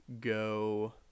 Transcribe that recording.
go